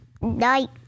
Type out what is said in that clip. night